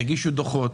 יגישו דוחות.